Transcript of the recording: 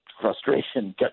frustration